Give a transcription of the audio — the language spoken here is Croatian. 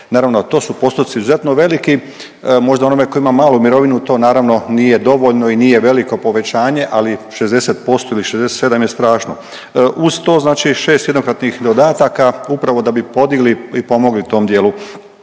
naravno to su postotci izuzetno veliki, možda onome tko ima malu mirovinu to naravno nije dovoljno i nije veliko povećanje, ali 60% ili 67 je strašno. Uz to znači 6 jednokratnih dodataka upravo da bi podigli i pomogli tom dijelu.